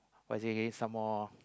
what you say again some more